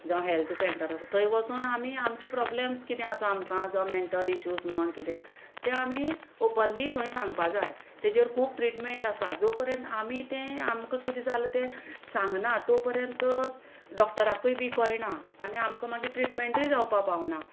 जावं health centre आसा थंय वसोन आमी आमचे प्रोब्लेम्स कितें आसा आमकां जावं मॅण्टल इशूज म्हण कितें तें आमी ओपनली थंय सांगपा जाय तेजेर खूब ट्रिटमेंट आसा जो पर्यंत आमी तें आमकां किदें जालें तें सांगना तो पर्यंत डॉक्टराकूय बी कयना आनी आमकां मागीर ट्रिटमेंटूय जावपा पावना